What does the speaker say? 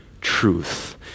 truth